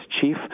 chief